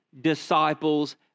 disciples